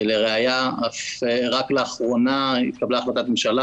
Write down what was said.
לראיה, רק לאחרונה התקבלה החלטת ממשלה